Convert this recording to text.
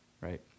right